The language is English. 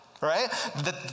right